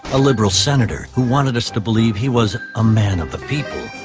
a liberal senator who wanted us to believe he was a man of the people.